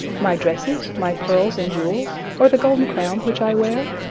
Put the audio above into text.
my dresses, my pearls and jewels, or the golden crown which i wear?